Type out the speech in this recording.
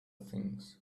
things